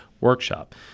workshop